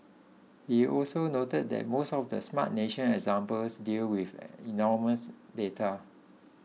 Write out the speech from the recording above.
he also noted that most of the Smart Nation examples deal with anonymous data